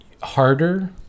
harder